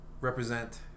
represent